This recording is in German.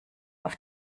auf